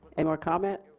and comments